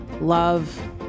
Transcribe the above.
love